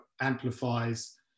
amplifies